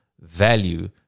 value